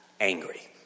angry